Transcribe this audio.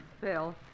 Bill